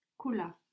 Kula